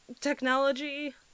Technology